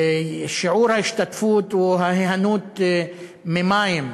שיעור ההשתתפות או הנהנות ממים כמשאב,